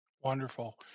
Wonderful